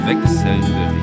Wechselnde